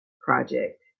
project